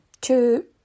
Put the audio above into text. two